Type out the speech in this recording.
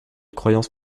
croyance